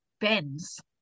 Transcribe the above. bends